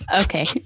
okay